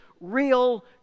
Real